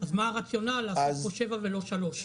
אז מה הרציונל לעשות פה 7 ולא 3?